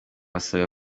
asabwa